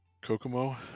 Kokomo